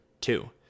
two